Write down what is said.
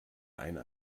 einer